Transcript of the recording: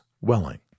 welling